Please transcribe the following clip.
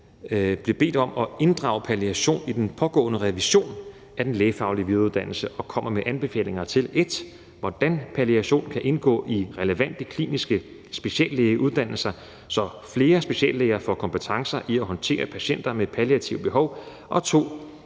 bliver bedt om at inddrage palliation i den pågående revision af den lægefaglige videreuddannelse og komme med anbefalinger til 1: hvordan palliation kan indgå i relevante kliniske speciallægeuddannelser, så flere speciallæger får kompetencer i at håndtere patienter med palliative behov og 2: